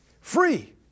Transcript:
free